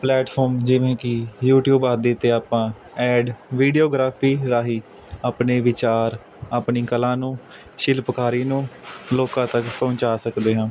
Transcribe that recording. platform ਜਿਵੇਂ ਕਿ YouTube ਆਦਿ 'ਤੇ ਆਪਾਂ ਐਡ ਵੀਡੀਓਗ੍ਰਾਫੀ ਰਾਹੀਂ ਆਪਣੇ ਵਿਚਾਰ ਆਪਣੀ ਕਲਾ ਨੂੰ ਸ਼ਿਲਪਕਾਰੀ ਨੂੰ ਲੋਕਾਂ ਤੱਕ ਪਹੁੰਚਾ ਸਕਦੇ ਹਾਂ